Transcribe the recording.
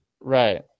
right